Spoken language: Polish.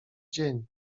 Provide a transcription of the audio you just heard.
dzień